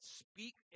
speak